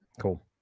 Cool